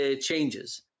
changes